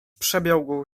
przebiegł